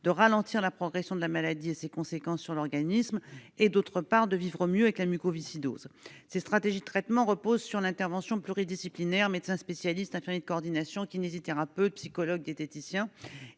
de ralentir la progression de la maladie et ses conséquences sur l'organisme et, d'autre part, de vivre mieux avec la maladie. Ces stratégies de traitement reposent sur l'intervention pluridisciplinaire- médecins spécialistes, infirmiers de coordination, kinésithérapeutes, psychologues, diététiciens